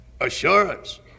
assurance